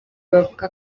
bavuga